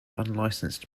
unlicensed